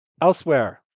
elsewhere